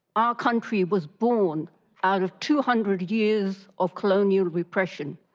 our country was born out of two hundred years of colonial repressin.